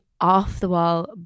off-the-wall